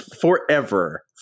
forever